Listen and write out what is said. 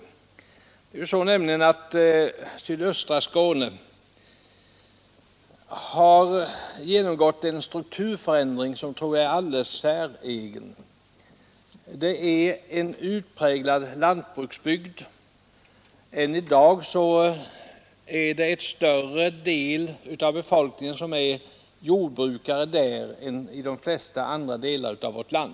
Den landsdelen har nämligen genomgått en strukturförändring som är alldeles säregen. Sydöstra Skåne är en utpräglad lantbruksbygd. Än i dag är en större del av befolkningen där jordbrukare än i de flesta andra delar av vårt land.